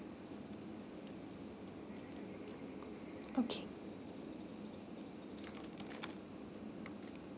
okay